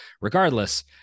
Regardless